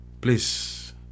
Please